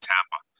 Tampa